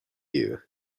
you